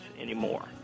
anymore